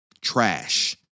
Trash